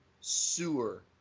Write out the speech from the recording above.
sewer